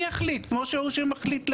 אני אחליט כמו הוא שמחליט לעשן.